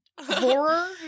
horror